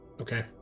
Okay